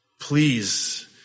Please